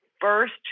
first